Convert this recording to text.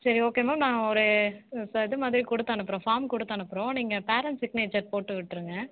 சரி okay ma'am நாங்கள் ஒரு ச இது மாதிரி கொடுத்து அனுப்புகிறோம் ஃபார்ம் கொடுத்து அனுப்புகிறோம் நீங்கள் பேரன்ட்ஸ் சிக்னேச்சர் போட்டு விட்டுருங்க